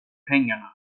pengarna